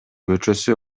көчөсү